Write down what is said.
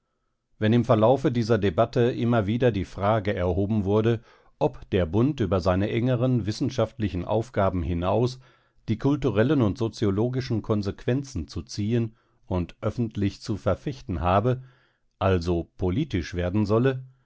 wenn im verlaufe dieser debatte immer wieder die frage erhoben wurde ob der bund über seine engeren wissenschaftlichen aufgaben hinaus die kulturellen und soziologischen konsequenzen zu ziehen und öffentlich zu verfechten habe also politisch werden solle